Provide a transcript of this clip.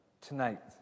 tonight